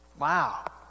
Wow